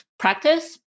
practice